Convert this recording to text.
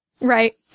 Right